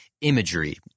imagery